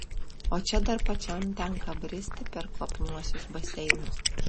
o čia dar pačiam tenka bristi per kvapniuosius baseinus